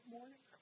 morning